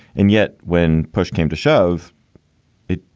and yet when push came to shove it,